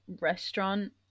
restaurant